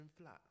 flat